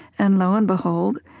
and lo and behold,